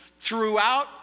throughout